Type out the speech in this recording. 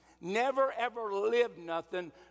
never-ever-lived-nothing